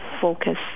focus